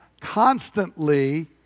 constantly